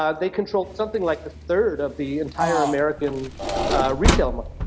um they control something like a third of the entire american retail um